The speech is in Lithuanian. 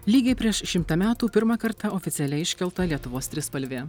lygiai prieš šimtą metų pirmą kartą oficialiai iškelta lietuvos trispalvė